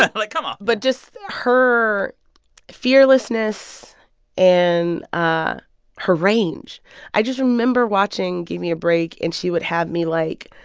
but like, come on but just her fearlessness and ah her range i just remember watching gimme a break, and she would have me, like,